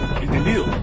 ¿Entendido